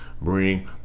bring